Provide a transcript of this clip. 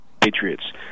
Patriots